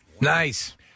Nice